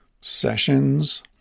sessions